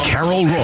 Carol